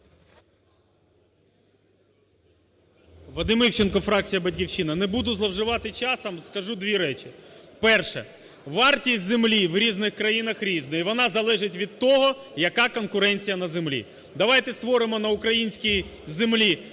Вадим Івченко, фракція "Батьківщина". Не буду зловживати часом, скажу дві речі. Перше. Вартість землі в різних країнах різна, і вона залежить від того, яка конкуренція на землі. Давайте створимо на українській землі